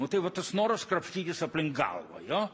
nu tai va tas noras krapštytis aplink galvą